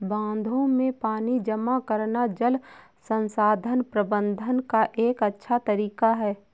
बांधों में पानी जमा करना जल संसाधन प्रबंधन का एक अच्छा तरीका है